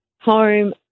home